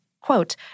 quote